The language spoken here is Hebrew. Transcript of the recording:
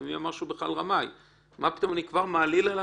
אני אומרת שאותו גוף מרכזי לא יכול לעבוד לבד,